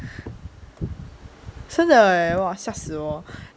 真的耶哇吓死我